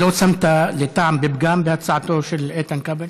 לא שמת לב לטעם לפגם בהצעתו של איתן כבל?